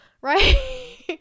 right